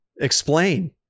Explain